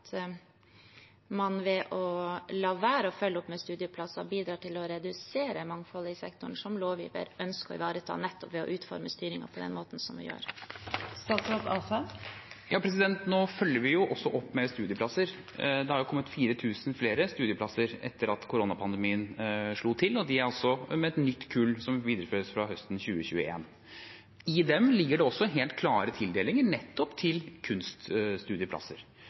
man ved å la være å følge opp med studieplasser bidrar til å redusere mangfoldet i sektoren, som lovgiver ønsker å ivareta nettopp ved å utforme styringen på den måten som vi gjør her? Nå følger vi også opp med studieplasser. Det har kommet 4 000 flere studieplasser etter at koronapandemien slo til, med et nytt kull som videreføres fra høsten 2021. I dem ligger det også helt klare tildelinger nettopp til kunststudieplasser.